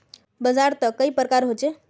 बाजार त कई प्रकार होचे?